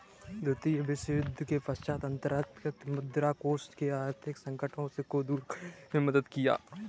द्वितीय विश्वयुद्ध के पश्चात अंतर्राष्ट्रीय मुद्रा कोष ने आर्थिक संकटों को दूर करने में मदद किया